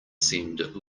send